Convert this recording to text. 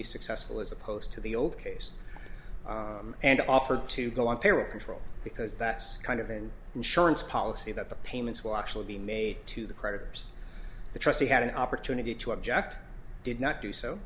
be successful as opposed to the old case and offered to go on parent control because that's kind of in insurance policy that the payments will actually be made to the creditors the trustee had an opportunity to object did not do